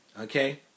Okay